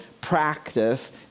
practice